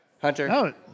Hunter